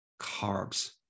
carbs